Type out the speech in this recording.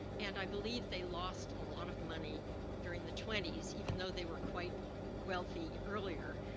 and i believe they lost a lot of money during the twenties, even though they were quite wealthy earlier.